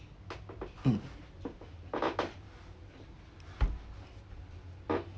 mm